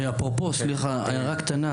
סליחה, הערה קטנה.